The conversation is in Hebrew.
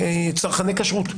צרכני כשרות.